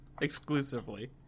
Exclusively